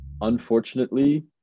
unfortunately